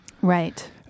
Right